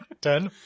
Ten